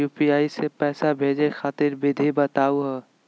UPI स पैसा भेजै खातिर विधि बताहु हो?